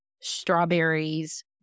strawberries